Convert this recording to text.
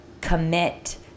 commit